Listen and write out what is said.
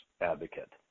advocate